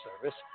service